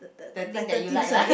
the thing that you like lah